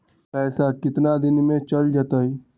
पैसा कितना दिन में चल जतई?